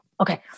okay